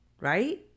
right